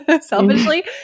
selfishly